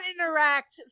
interact